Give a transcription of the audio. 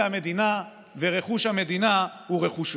הוא זה המדינה, ורכוש המדינה הוא רכושו.